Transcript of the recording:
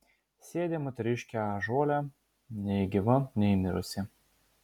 sėdi moteriškė ąžuole nei gyva nei mirusi